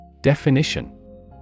Definition